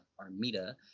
Armida